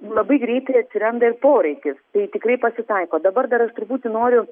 labai greitai atsiranda ir poreikis tai tikrai pasitaiko dabar dar aš truputį noriu